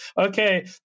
Okay